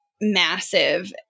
massive